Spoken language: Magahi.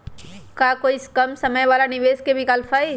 का कोई कम समय वाला निवेस के विकल्प हई?